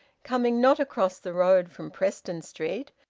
coming not across the road from preston street,